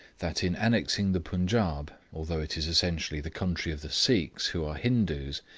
that in annexing the punjaub, although it is essentially the country of the sikhs, who are hindoos,